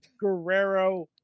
guerrero